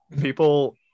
People